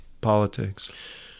politics